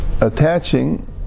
attaching